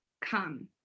come